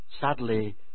sadly